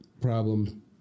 problem